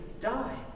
die